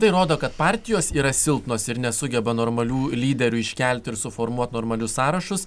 tai rodo kad partijos yra silpnos ir nesugeba normalių lyderių iškelti ir suformuot normalius sąrašus